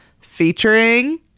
featuring